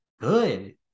good